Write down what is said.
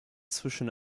zwischen